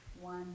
one